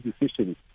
decisions